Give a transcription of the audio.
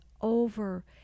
over